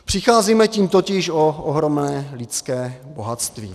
Přicházíme tím totiž o ohromné lidské bohatství.